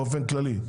באופן כללי.